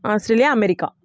Australia America